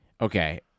Okay